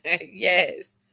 Yes